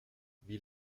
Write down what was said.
wie